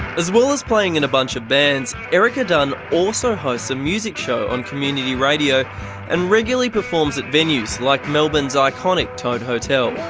as well as playing in a bunch of bands, erica dunn also hosts a music show on community radio and regularly performs at venues like melbourne's iconic tote hotel.